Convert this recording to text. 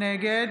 נגד